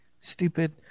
stupid